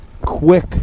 quick